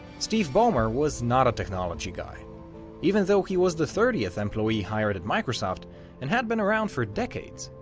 steve ballmer was not a technology guy even though he was the thirtieth employee hired at microsoft and had been around for decades,